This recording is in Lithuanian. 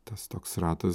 tas toks ratas